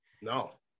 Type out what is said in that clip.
No